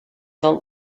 the